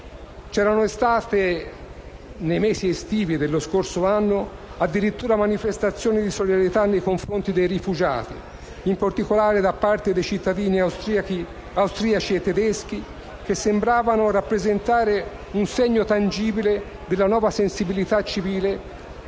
C'erano state, nei mesi estivi dello scorso anno, addirittura manifestazioni di solidarietà nei confronti dei rifugiati, in particolare da parte dei cittadini austriaci e tedeschi, che sembravano rappresentare un segno tangibile della nuova sensibilità civile